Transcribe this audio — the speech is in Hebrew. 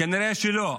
כנראה שלא.